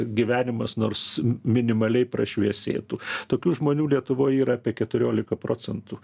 gyvenimas nors minimaliai prašviesėtų tokių žmonių lietuvoj yra apie keturiolika procentų